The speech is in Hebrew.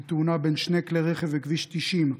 בתאונה בין שני כלי רכב בכביש 90,